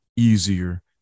easier